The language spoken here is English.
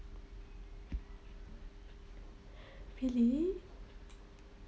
really